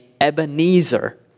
Ebenezer